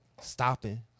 stopping